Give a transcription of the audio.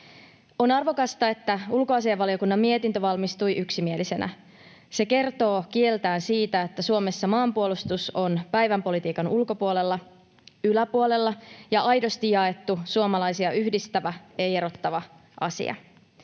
On arvokasta, että ulkoasiainvaliokunnan mietintö valmistui yksimielisenä. Se kertoo kieltään siitä, että Suomessa maanpuolustus on päivänpolitiikan ulkopuolella, yläpuolella ja aidosti jaettu, suomalaisia yhdistävä, ei erottava, asia.